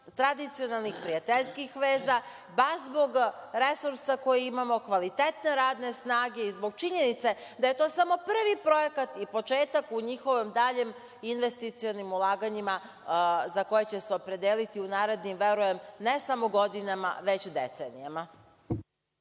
tradicionalnih, prijateljskih veza, baš zbog resursa koje imamo, kvalitetne radne snage i zbog činjenice da je to samo prvi projekat i početak u njihovim daljim investicionim ulaganjima za koje će se opredeliti u narednim, verujem, ne samo godinama, već decenijama.